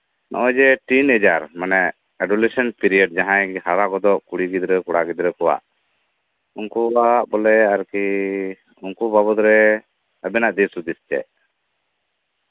ᱱᱚᱜ ᱚᱭ ᱡᱮ ᱛᱤᱱ ᱵᱚᱪᱷᱚᱨ ᱮᱰᱩᱞᱮᱥᱚᱱ ᱯᱤᱨᱤᱭᱳᱰ ᱡᱟᱸᱦᱟᱭ ᱦᱟᱨᱟ ᱜᱚᱫᱚᱜ ᱠᱩᱲᱤ ᱜᱤᱫᱽᱨᱟᱹ ᱠᱚᱲᱟ ᱜᱤᱫᱽᱨᱟᱹ ᱩᱱᱠᱩ ᱠᱚᱣᱟᱜ ᱵᱚᱞᱮ ᱩᱱᱠᱩ ᱠᱚ ᱢᱩᱫᱽᱨᱮ ᱟᱨᱠᱤ ᱟᱵᱮᱱᱟᱜ ᱫᱤᱥ ᱦᱩᱫᱤᱥ ᱪᱮᱫ